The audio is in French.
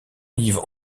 yves